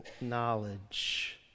knowledge